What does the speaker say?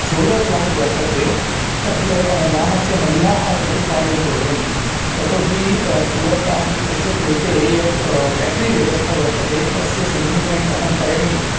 solar plant वर्तते तत्र ग्रामस्य महिलाः तत्र कार्यं कुर्वन्ति यतोहि सोलर् प्लाण्ट् इत्यस्य कृते यत् बेट्री व्यवस्था वर्तते तस्य संयोजनम् कथं करणीयं